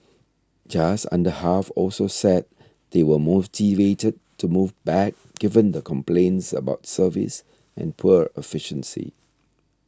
just under half also said they were motivated to move back given the complaints about service and poor efficiency